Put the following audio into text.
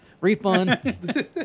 Refund